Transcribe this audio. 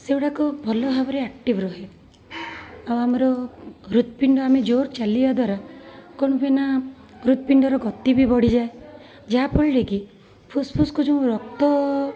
ସେଗୁଡ଼ାକ ଭଲ ଭାବରେ ଆକ୍ଟିଭ ରହେ ଆଉ ଆମର ହୃତପିଣ୍ଡ ଆମେ ଜୋର ଚାଲିବା ଦ୍ଵାରା କ'ଣ ହୁଏ ନା ହୃତପିଣ୍ଡର ଗତି ବି ବଢ଼ିଯାଏ ଯାହାଫଳରେ କି ଫୁସଫୁସକୁ ଯେଉଁ ରକ୍ତ